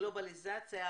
בגלובליזציית עסקים.